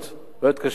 קשות.